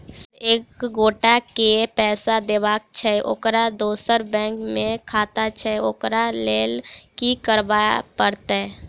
Sir एक एगोटा केँ पैसा देबाक छैय ओकर दोसर बैंक मे खाता छैय ओकरा लैल की करपरतैय?